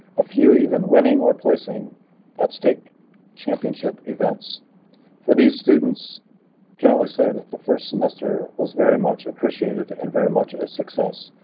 afew even winning or placing at state championship events for these students can only say that the first semester was very much appreciated and very much as success.